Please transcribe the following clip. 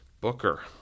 Booker